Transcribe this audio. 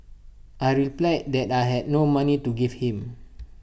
I replied that I had no money to give him